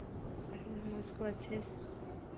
उसको अच्छे से